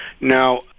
Now